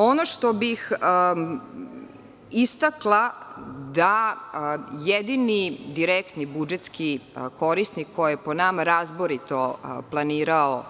Ono što bih istakla da jedini direktni budžetski korisnik koji je po nama razborito planirao